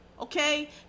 okay